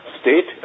state